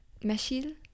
Meshil